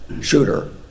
shooter